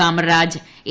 Kamaraj A